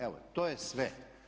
Evo, to je sve.